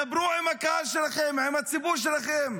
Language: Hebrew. דברו עם הקהל שלכם, עם הציבור שלכם.